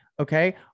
okay